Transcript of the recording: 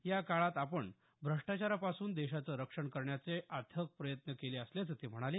या काळात आपण भ्रष्टाचारापासून देशाचं रक्षण करण्याचे अथक प्रयत्न केले असल्याचं ते म्हणाले